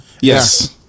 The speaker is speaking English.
Yes